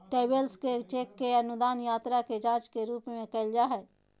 travellers cheque के अनुवाद यात्रा के जांच के रूप में कइल जा हइ